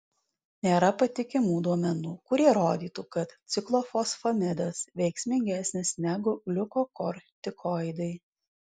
nėra patikimų duomenų kurie rodytų kad ciklofosfamidas veiksmingesnis negu gliukokortikoidai